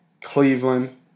Cleveland